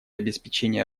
обеспечения